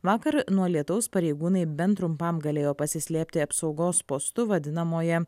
vakar nuo lietaus pareigūnai bent trumpam galėjo pasislėpti apsaugos postu vadinamoje